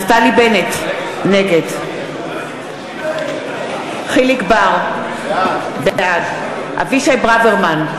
נגד יחיאל חיליק בר, בעד אבישי ברוורמן,